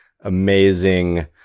amazing